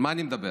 על מה אני מדבר?